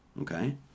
Okay